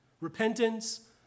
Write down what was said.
Repentance